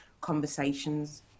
conversations